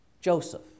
Joseph